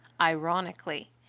Ironically